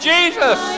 Jesus